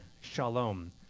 Shalom